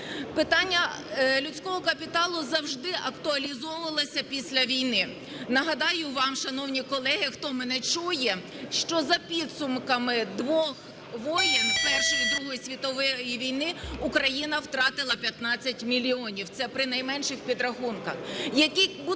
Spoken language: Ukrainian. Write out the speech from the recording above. Питання людського капіталу завжди актуалізовувалося після війни. Нагадаю вам, шановні колеги, хто мене чує, що за підсумками двох воєн – Першої і Другої світової війни – Україна втратила 15 мільйонів, це при найменших підрахунках.